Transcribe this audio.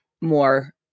more